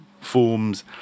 forms